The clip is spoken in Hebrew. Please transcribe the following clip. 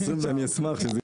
אני אשמח שזה